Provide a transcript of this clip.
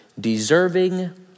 deserving